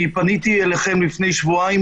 אני פניתי אליכם לפני שבועיים,